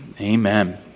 Amen